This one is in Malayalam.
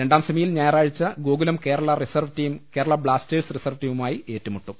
രണ്ടാം സെമിയിൽ ഞായറാഴ്ച്ച Gokulam Kerala reserve team Kerala Blasters reserve ടീമുമായി ഏറ്റുമുട്ടും